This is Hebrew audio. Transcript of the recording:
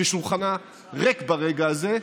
ששולחנה ריק ברגע הזה,